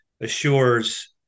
assures